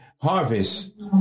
harvest